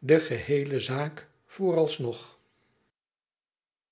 geheele zaak vooralsnog